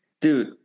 dude